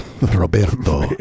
Roberto